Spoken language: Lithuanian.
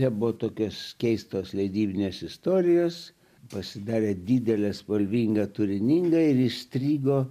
nebuvo tokios keistos leidybinės istorijos pasidarė didelė spalvinga turininga ir įstrigo